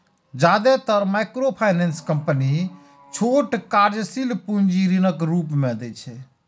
जादेतर microfinance company छोट कार्यशील पूंजी ऋणक रूप मे दै छै